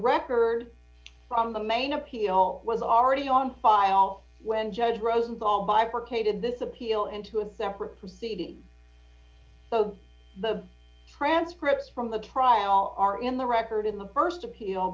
record from the main appeal was already on file when judge rosenthal bifurcated this appeal into a separate proceeding the transcripts from the cry all are in the record in the st appeal